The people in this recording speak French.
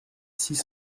six